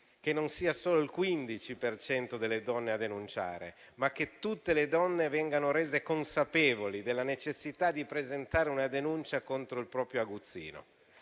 che non sia solo il 15 per cento delle donne a denunciare, ma che tutte vengano rese consapevoli della necessità di presentare una denuncia contro il proprio aguzzino.